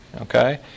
Okay